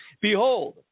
Behold